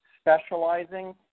specializing